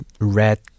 red